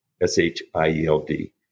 S-H-I-E-L-D